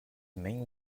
main